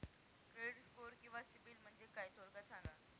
Credit score किंवा CIBIL म्हणजे काय? थोडक्यात सांगा